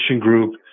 group